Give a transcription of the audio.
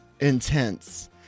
intense